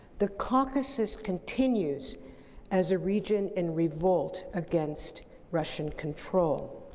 the caucasus continues as a region and revolt against russian control.